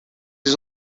his